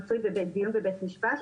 מצוי בדיון בבית משפט,